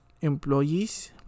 employees